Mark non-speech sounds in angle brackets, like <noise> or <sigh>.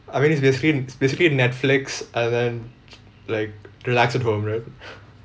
I mean it's basically it's basically Netflix and then <noise> like relax at home right <breath>